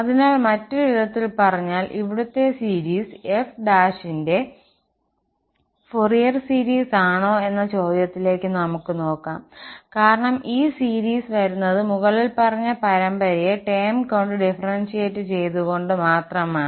അതിനാൽ മറ്റൊരു വിധത്തിൽ പറഞ്ഞാൽ ഇവിടുത്തെ സീരീസ് f ന്റെ ഫോറിയർ സീരിസാണോ എന്ന ചോദ്യത്തിലേക്ക് നമുക്ക് നോക്കാം കാരണം ഈ സീരീസ് വരുന്നത് മുകളിൽ പറഞ്ഞ പരമ്പരയെ ടേം കൊണ്ട് ഡിഫറെൻഷ്യറ്റ് ചെയ്തത് കൊണ്ട് മാത്രമാണ്